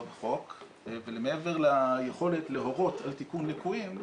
בחוק ומעבר ליכולת להורות על תיקון ליקויים,